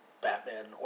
Batman